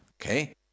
Okay